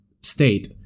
state